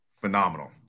phenomenal